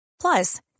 Plus